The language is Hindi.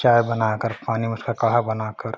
चाय बना कर पानी में उसका काढ़ा बना कर